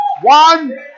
One